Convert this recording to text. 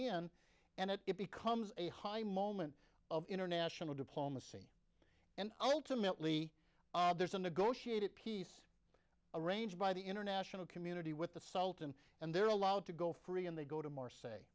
in and it becomes a high moment of international diplomacy and ultimately there's a negotiated peace arranged by the international community with the sultan and they're allowed to go free and they go to more say